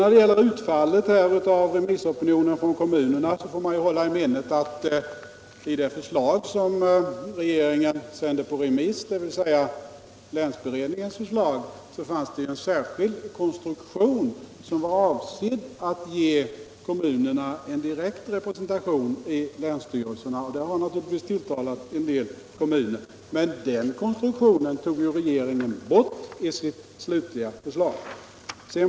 När det gäller utfallet av remissvaren från kommunerna får man hålla i minnet att i det förslag som regeringen lämnade på remiss, dvs. länsberedningens förslag, fanns en särskild konstruktion som var avsedd att ge kommunerna en direkt representation i länsstyrelserna, och det har naturligtvis tilltalat en del kommuner. Men den konstruktionen tog regeringen bort i sitt slutliga förslag.